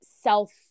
self